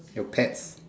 your pets